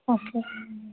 okay